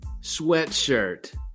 sweatshirt